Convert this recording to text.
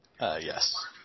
Yes